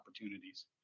opportunities